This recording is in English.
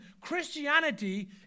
Christianity